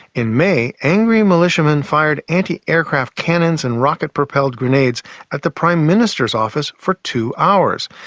in may, angry militiamen fired anti-aircraft cannons and rocket propelled grenades at the prime minister's office for two hours.